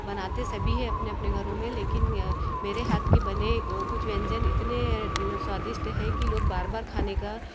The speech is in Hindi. बनाते सभी हैं अपने अपने घरों में लेकिन मेरे हाथ के बने कुछ व्यंजन इतने स्वादिष्ट हैं कि लोग बार बार खाने का